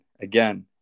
again